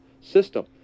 system